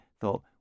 thought